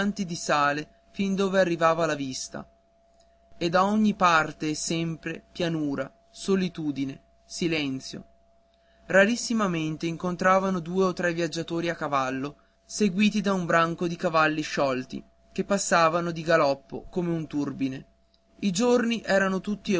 di sale fin dove arrivava la vista e da ogni parte e sempre pianura solitudine silenzio rarissimamente incontravano due o tre viaggiatori a cavallo seguiti da un branco di cavalli sciolti che passavano di galoppo come un turbine i giorni eran tutti